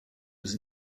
was